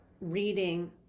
reading